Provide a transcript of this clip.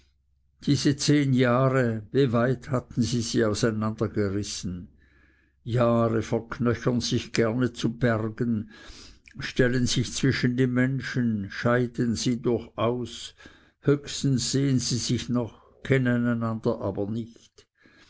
diese zehn jahre wie weit hatten sie sie auseinandergerissen jahre verknöchern sich gerne zu bergen stellen sich zwischen die menschen scheiden sie durchaus höchstens sehen sie sich noch kennen einander aber nicht